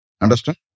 Understand